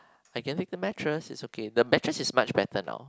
I can take the mattress it's okay the mattress is much better now